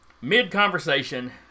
mid-conversation